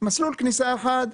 מסלול כניסה אחד,